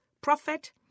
prophet